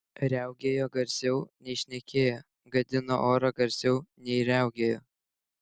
riaugėjo garsiau nei šnekėjo gadino orą garsiau nei riaugėjo